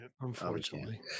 unfortunately